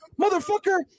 Motherfucker